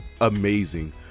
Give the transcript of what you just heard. amazing